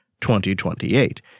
2028